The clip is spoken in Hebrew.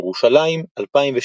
ירושלים 2016